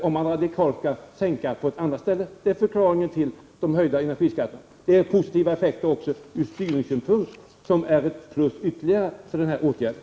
Det är förklaringen till förslagen till höjda energiskatter. En sådan åtgärd skulle få positiva effekter också ur styrningssynpunkt, vilket ytterligare talar för den här åtgärden.